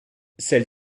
celle